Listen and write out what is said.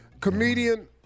comedian